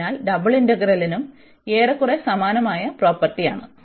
അതിനാൽ ഡബിൾ ഇന്റഗ്രലിനും ഏറെക്കുറെ സമാനമായ പ്രോപ്പർട്ടിയാണ്